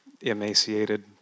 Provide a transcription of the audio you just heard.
emaciated